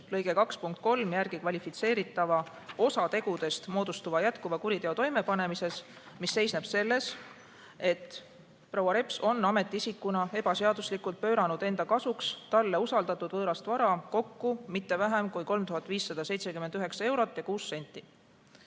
punkti 3 järgi kvalifitseeritava osategudest moodustuva jätkuva kuriteo toimepanemises, mis seisneb selles, et proua Reps on ametiisikuna ebaseaduslikult pööranud enda kasuks talle usaldatud võõrast vara kokku mitte vähem kui 3579 eurot ja 6 senti.